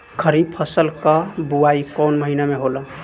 खरीफ फसल क बुवाई कौन महीना में होला?